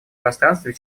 пространстве